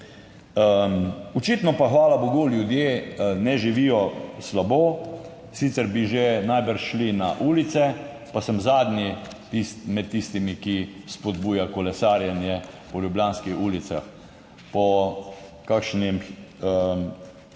Očitno pa, hvala bogu, ljudje ne živijo slabo, sicer bi že najbrž šli na ulice. Pa sem zadnji med tistimi, ki spodbuja kolesarjenje po ljubljanskih ulicah, po kakšnih